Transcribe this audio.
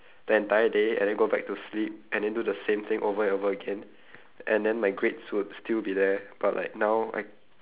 the entire day and then go back to sleep and then do the same thing over and over again and then my grades would still be there but like now I